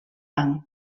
banc